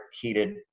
heated